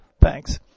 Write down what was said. Thanks